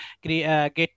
get